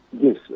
Yes